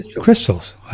crystals